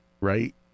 right